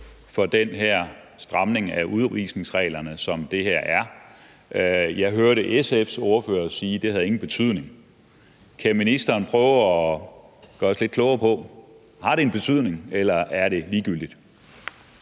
for den stramning af udvisningsreglerne, som det her er. Jeg hørte SF's ordfører sige, at det ingen betydning havde. Kan ministeren prøve at gøre os lidt klogere på, om det har en betydning, eller om det er ligegyldigt?